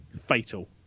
fatal